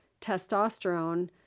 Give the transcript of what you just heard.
testosterone